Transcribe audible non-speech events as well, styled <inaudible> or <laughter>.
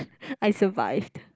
<noise> I survived